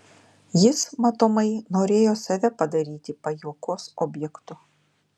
jis matomai norėjo save padaryti pajuokos objektu